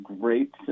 great